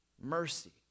mercy